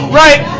right